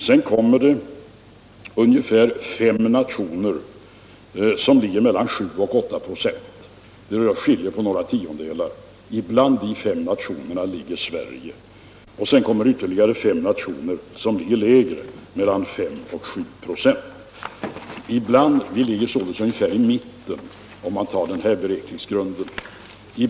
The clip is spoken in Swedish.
Sedan kommer fem nationer, som haft prisstegringar på mellan sju och åtta procent. Bland dessa fem nationer finns Sverige. Ytterligare fem nationer har haft lägre prisstegringar, på mellan fem och — Allmänpolitisk sju procent. Vi ligger således ungefär i mitten, om man tar den här debatt beräkningsgrunden.